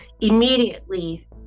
immediately